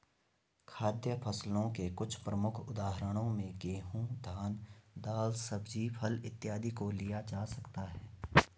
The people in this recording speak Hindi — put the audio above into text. खाद्य फसलों के कुछ प्रमुख उदाहरणों में गेहूं, धान, दाल, सब्जी, फल इत्यादि को लिया जा सकता है